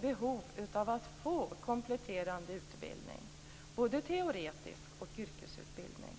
behov av att få kompletterande utbildning, både teoretisk utbildning och yrkesutbildning.